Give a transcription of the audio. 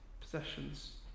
possessions